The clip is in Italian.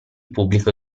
pubblico